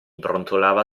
brontolava